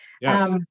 Yes